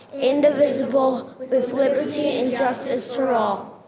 indivisible with with liberty and justice for all.